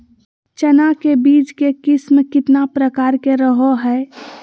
चना के बीज के किस्म कितना प्रकार के रहो हय?